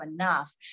enough